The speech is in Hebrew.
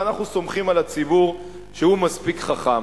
ואנחנו סומכים על הציבור שהוא מספיק חכם.